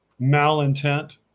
malintent